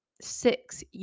six